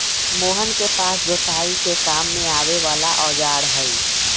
मोहन के पास जोताई के काम में आवे वाला औजार हई